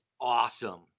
Awesome